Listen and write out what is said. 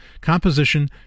composition